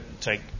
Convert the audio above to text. take